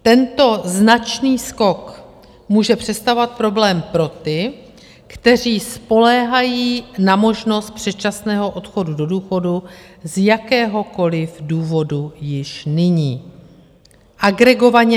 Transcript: Tento značný skok může představovat problém pro ty, kteří spoléhají na možnost předčasného odchodu do důchodu z jakéhokoliv důvodu již nyní.